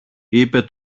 είπε